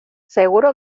seguro